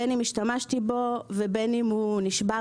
בין אם השתמשתי בו ובין אם נשבר.